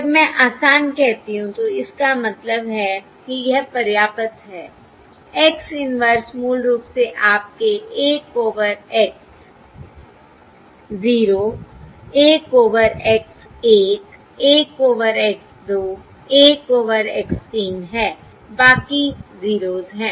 जब मैं आसान कहती हूं तो इसका मतलब है कि यह पर्याप्त है X इन्वर्स मूल रूप से आपके 1 over X 0 1 over X 1 1 over X 2 1 over X 3 है बाकी 0s हैं